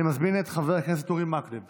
אני מזמין את חבר הכנסת אורי מקלב